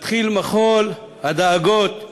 מתחיל מחול הדאגות,